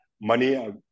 money